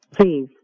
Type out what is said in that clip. Please